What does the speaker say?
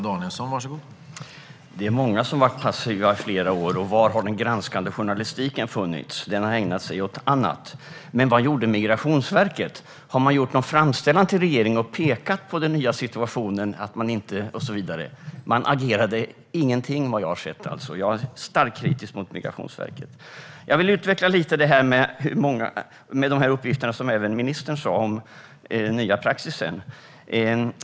Herr talman! Det är många som har varit passiva i flera år. Var har den granskande journalistiken funnits? Den har ägnat sig åt annat. Men vad gjorde Migrationsverket? Har man gjort någon framställan till regeringen och pekat på den nya situationen och så vidare? Såvitt jag har sett agerade man inte på något sätt. Jag är starkt kritisk mot Migrationsverket. Jag vill utveckla lite grann om uppgifterna om den nya praxisen, som även ministern tog upp.